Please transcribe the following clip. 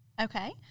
Okay